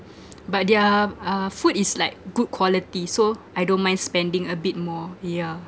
but their uh food is like good quality so I don't mind spending a bit more yeah